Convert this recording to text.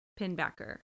Pinbacker